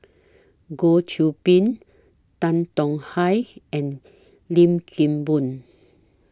Goh Qiu Bin Tan Tong Hye and Lim Kim Boon